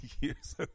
years